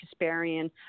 Kasparian